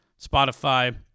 Spotify